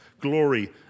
glory